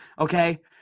Okay